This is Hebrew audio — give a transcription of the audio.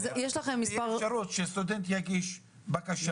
שתהיה אפשרות שסטודנט יגיש בקשה.